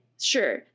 sure